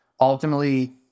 ultimately